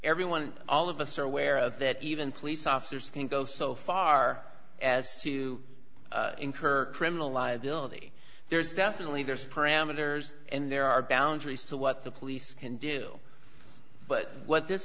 everyone all of us are aware of that even police officers can go so far as to incur criminal liability there's definitely there's parameters and there are boundaries to what the police can deal but what this